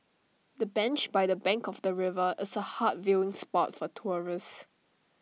the bench by the bank of the river is A hot viewing spot for tourists